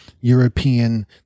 European